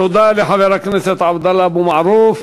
תודה לחבר הכנסת עבדאללה אבו מערוף.